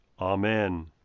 Amen